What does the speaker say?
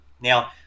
Now